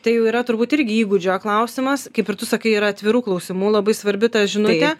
tai jau yra turbūt irgi įgūdžio klausimas kaip ir tu sakai yra atvirų klausimų labai svarbi ta žinutė